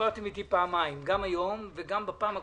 דיברתם איתי גם היום וגם בפעם הקודמת,